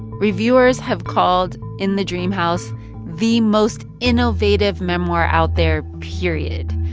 reviewers have called in the dream house the most innovative memoir out there period.